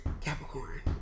Capricorn